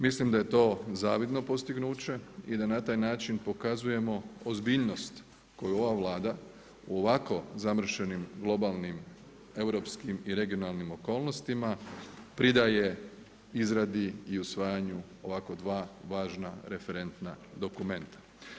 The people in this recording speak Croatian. Mislim da je to zavidno postignuće i da na taj način pokazujemo ozbiljnost koju ova Vlada u ovako zamršenim, globalnim europskim i regionalnim okolnostima pridaje izradi i usvajanju ovako dva važna referentna dokumenta.